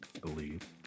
believe